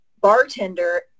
bartender